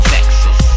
Texas